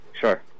Sure